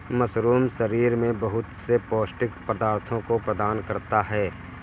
mushroom शरीर में बहुत से पौष्टिक पदार्थों को प्रदान करता है